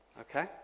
Okay